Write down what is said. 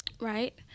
Right